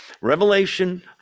Revelation